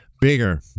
bigger